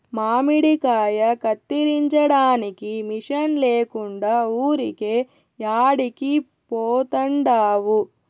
మామిడికాయ కత్తిరించడానికి మిషన్ లేకుండా ఊరికే యాడికి పోతండావు